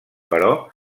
però